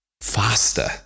faster